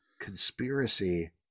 Conspiracy